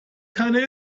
keine